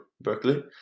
Berkeley